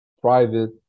private